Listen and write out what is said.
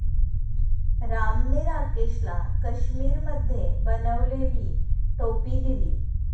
रामने राकेशला काश्मिरीमध्ये बनवलेली टोपी दिली